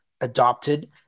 adopted